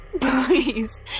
Please